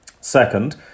Second